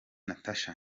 natacha